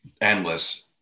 endless